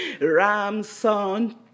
ramson